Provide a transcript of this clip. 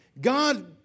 God